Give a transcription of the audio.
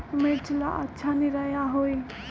मिर्च ला अच्छा निरैया होई?